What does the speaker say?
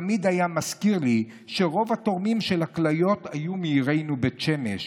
הוא תמיד היה מזכיר לי שרוב התורמים של הכליות היו מעירנו בית שמש,